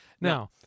Now